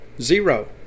Zero